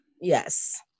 Yes